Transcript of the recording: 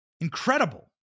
Incredible